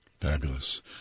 fabulous